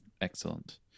Excellent